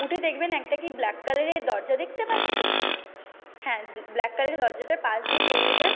উঠে দেখবেন একটা কি ব্ল্যাক কালারের দরজা দেখতে পাচ্ছেন হ্যাঁ ব্ল্যাক কালারের দরজাটার পাশ দিয়ে পেরিয়ে যান